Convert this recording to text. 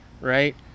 right